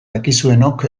dakizuenok